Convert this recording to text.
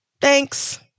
Thanks